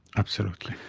absolutely.